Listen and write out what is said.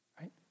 right